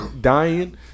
dying